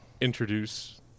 introduce